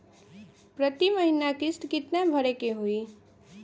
प्रति महीना किस्त कितना भरे के होई?